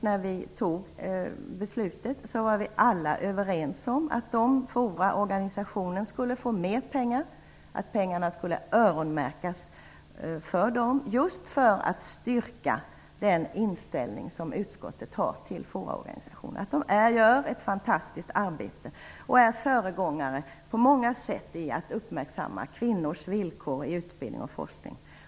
När vi fattade beslutet var vi alla överens om att forumorganisationer skulle få mer pengar, att pengarna skulle öronmärkas just för att styrka den inställning som utskottet har till forumorganisationer. De gör ett fantastiskt arbete och är på många sätt föregångare i att uppmärksamma kvinnors villkor i utbildning och forskning.